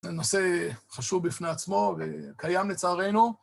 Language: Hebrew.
נושא חשוב בפני עצמו וקיים לצערנו.